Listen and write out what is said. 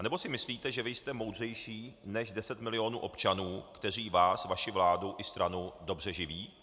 Nebo si myslíte, že vy jste moudřejší než 10 milionů občanů, kteří vás, vaši vládu i stranu dobře živí?